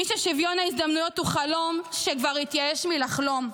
מי ששוויון ההזדמנויות הוא לו חלום שכבר התייאש מלחלום.